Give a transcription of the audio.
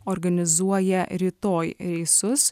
organizuoja rytoj reisus